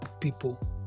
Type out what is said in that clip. people